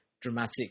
dramatic